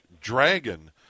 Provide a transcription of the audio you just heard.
Dragon